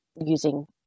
using